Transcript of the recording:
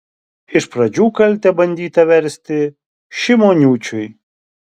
iš pradžių kaltę bandyta versti šimoniūčiui